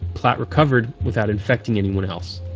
platt recovered without infecting anyone else.